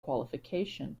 qualification